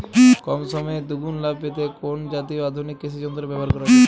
কম সময়ে দুগুন লাভ পেতে কোন জাতীয় আধুনিক কৃষি যন্ত্র ব্যবহার করা উচিৎ?